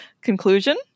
conclusion